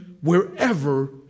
wherever